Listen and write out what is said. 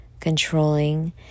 controlling